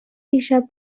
دیشب